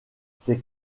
ces